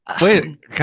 wait